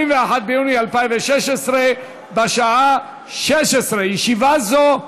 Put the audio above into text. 21 ביוני 2016, בשעה 16:00. ישיבה זאת